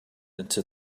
into